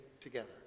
together